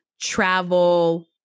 travel